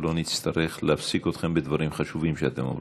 שלא נצטרך להפסיק אתכם בדברים החשובים שאתם אומרים.